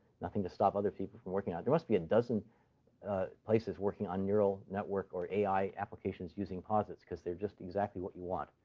nothing to stop other people from working out there must be a dozen places working on neural network or ai applications using posits because they are just exactly what you want.